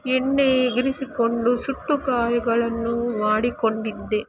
ಎಣ್ಣೆ ಎಗರಿಸಿಕೊಂಡು ಸುಟ್ಟ ಗಾಯಗಳನ್ನು ಮಾಡಿಕೊಂಡಿದ್ದೆ